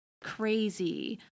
crazy